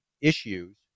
issues